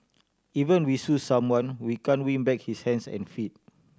even we sue someone we can't win back his hands and feet